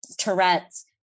Tourette's